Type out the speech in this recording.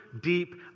deep